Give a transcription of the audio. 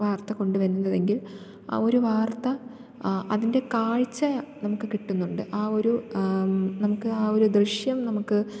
വാർത്ത കൊണ്ടു വരുന്നതെങ്കിൽ ആ ഒരു വാർത്ത അതിൻ്റെ കാഴ്ച്ച നമുക്ക് കിട്ടുന്നുണ്ട് ആ ഒരു നമുക്ക് ആ ഒരു ദൃശ്യം നമുക്ക്